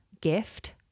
gift